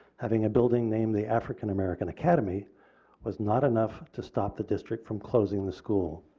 having a building named the african-american academy was not enough to stop the district from closing the school.